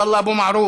עבאללה אבו מערוף,